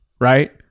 right